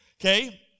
Okay